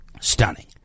stunning